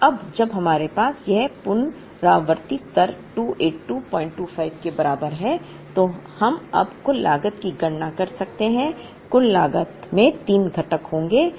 अब जब हमारे पास यह पुनरावृत्ति स्तर 28225 के बराबर है तो हम अब कुल लागत की गणना कर सकते हैं कुल लागत में तीन घटक होंगे